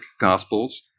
gospels